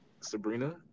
Sabrina